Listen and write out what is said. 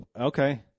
Okay